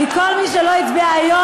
כי כל מי שלא הצביע היום,